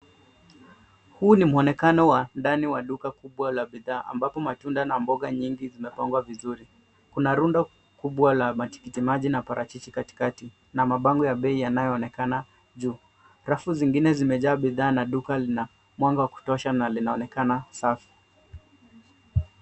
Huu ni mwonekano wa ndani ya duka kubwa la bidhaa ambapo matunda na mboga nyingi zimepangwa vizuri . Kuna rundo kubwa la matikiti maji na parachichi katikati na mabango ya bei yanayoonekana juu . Rafu zingine zimejaa bidhaa na duka linamwanga wa kutosha na linaonekana safi.